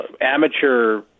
amateur